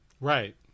Right